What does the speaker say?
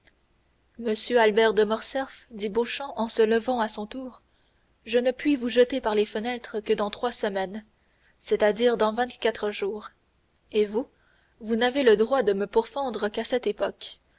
albert de morcerf dit beauchamp en se levant à son tour je ne puis vous jeter par les fenêtres que dans trois semaines c'est-à-dire dans vingt-quatre jours et vous vous n'avez le droit de me pourfendre qu'à cette époque